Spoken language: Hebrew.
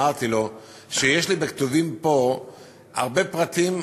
אמרתי לו שיש לי בכתובים פה הרבה פרטים,